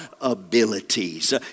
abilities